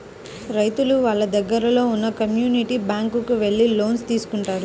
రైతులు వాళ్ళ దగ్గరలో ఉన్న కమ్యూనిటీ బ్యాంక్ కు వెళ్లి లోన్స్ తీసుకుంటారు